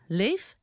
leef